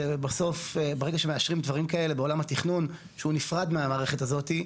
ברגע שמאשרים דברים כאלה בעולם התכנון שהוא נפרד מהמערכת הזאת,